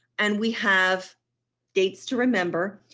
and we have dates to remember.